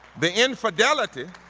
the infidelity,